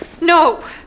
No